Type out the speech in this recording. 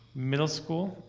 middle school,